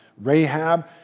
Rahab